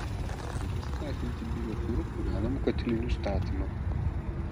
reikia skatinti biokuru kūrenamų katilinių statymą